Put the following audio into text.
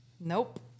nope